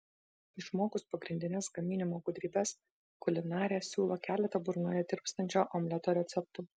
išmokus pagrindines gaminimo gudrybes kulinarė siūlo keletą burnoje tirpstančio omleto receptų